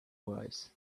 wise